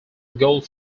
gold